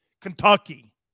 Kentucky